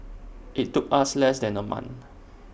IT took us less than A month